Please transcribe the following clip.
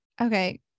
Okay